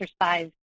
exercise